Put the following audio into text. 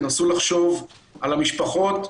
תנסו לחשוב על המשפחות,